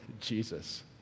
Jesus